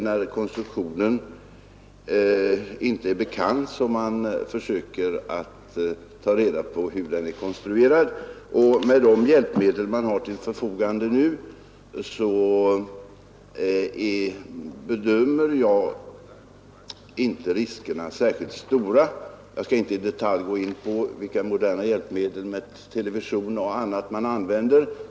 När konstruktionen inte är bekant försöker man emellertid att ta reda på den, och med de hjälpmedel man nu har till förfogande bedömer jag inte riskerna som särskilt stora. Jag skall inte i detalj gå in på vilka moderna hjälpmedel — television och annat — man använder.